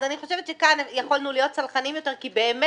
אז אני חושבת שכאן יכולנו להיות סלחניים יותר כי באמת